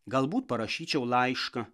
galbūt parašyčiau laišką